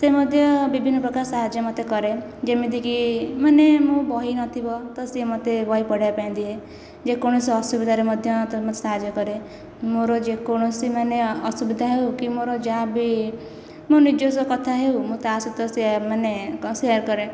ସେ ମଧ୍ୟ ବିଭିନ୍ନ ପ୍ରକାର ସାହାଯ୍ୟ ମୋତେ କରେ ଯେମିତିକି ମାନେ ମୁଁ ବହି ନଥିବ ତ ସେ ମୋତେ ବହି ପଢ଼ିବା ପାଇଁ ଦିଏ ଯେକୌଣସି ଅସୁବିଧାରେ ମଧ୍ୟ ତ ମୋତେ ସାହାଯ୍ୟ କରେ ମୋର ଯେକୌଣସି ମାନେ ଅସୁବିଧା ହେଉ କି ମୋର ଯାହା ବି ମୋ ନିଜସ୍ଵ କଥା ହେଉ ମୁଁ ତା'ସହିତ ମାନେ ଶେୟାର୍ କରେ